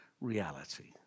reality